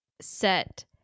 set